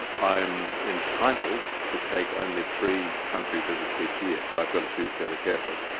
and i'm entitled to take only three country visits each year, so i've got to choose fairly carefully.